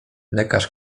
lekarz